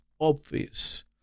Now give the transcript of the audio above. obvious